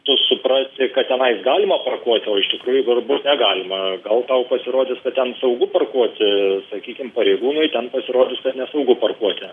tu suprasi kad tenais galima parkuoti o iš tikrųjų galbūt negalima gal tau pasirodys kad ten saugu parkuoti sakykim pareigūnui ten pasirodys kad nesaugu parkuoti